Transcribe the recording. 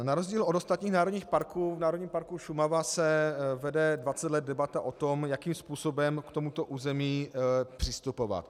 Na rozdíl od ostatních národních parků se v Národním parku Šumava vede dvacet let debata o tom, jakým způsobem k tomuto území přistupovat.